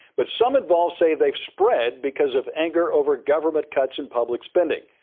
but some involved say they've spread because of anger over government cuts in public spending.